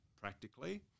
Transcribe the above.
practically